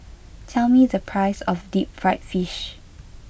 tell me the price of Deep Fried Fish